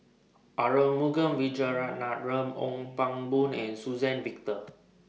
Arumugam Vijiaratnam Ong Pang Boon and Suzann Victor